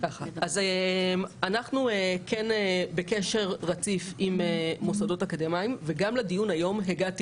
אנחנו בקשר רציף עם מוסדות אקדמיים וגם לדיון היום הגעתי